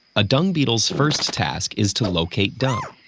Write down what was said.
a dung beetle's first task is to locate dung.